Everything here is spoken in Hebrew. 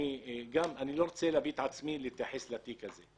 אני לא רוצה להתייחס לתיק הזה.